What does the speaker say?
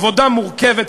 עבודה מורכבת,